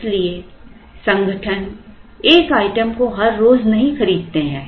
इसलिए संगठन एक आइटम को हर रोज नहीं खरीदते हैं